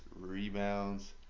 rebounds